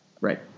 Right